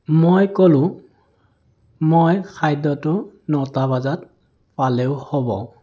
মই ক'লোঁ মই খাদ্যটো নটা বজাত পালেও হ'ব